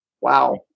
Wow